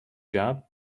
job